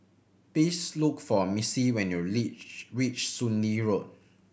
please look for Missie when you reach Soon Lee Road